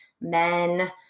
men